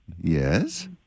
Yes